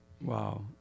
wow